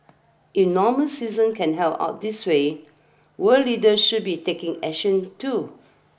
if normal citizens can help out this way world leaders should be taking action too